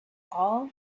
all